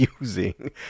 using